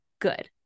good